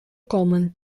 komen